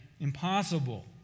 impossible